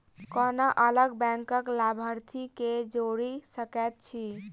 कोना अलग बैंकक लाभार्थी केँ जोड़ी सकैत छी?